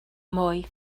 moi